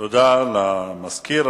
תודה לסגן המזכיר.